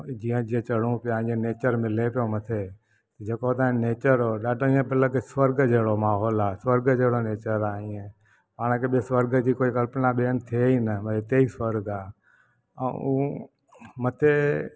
जीअं जीअं चढ़ूं पिया ईंअ नेचर मिले थो मथे जेको हुतां जो नेचर हो ॾाढो ईंअ लॻे पियो स्वर्ग जहिड़ो माहौलु आहे स्वर्ग जहिड़ो नेचर आहे ईंअ पाण खे स्वर्ग जी कल्पना ॿिए हंधि थिए ई न भई इते ई स्वर्ग आहे अ ऐं मथे